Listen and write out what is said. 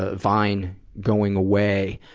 ah vine going away,